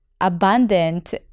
abundant